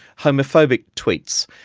homophobic tweets,